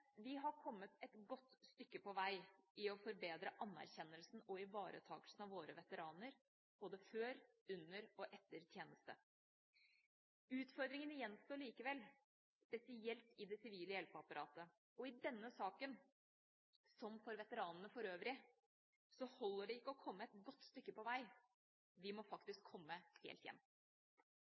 Vi har kommet et godt stykke på vei med å forbedre anerkjennelsen og ivaretakelsen av våre veteraner, både før, under og etter tjeneste. Utfordringene gjenstår likevel, spesielt i det sivile hjelpeapparatet, og i denne saken – som for veteranene for øvrig – holder det ikke å komme et godt stykke på vei, vi må faktisk komme helt hjem.